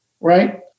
right